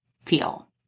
feel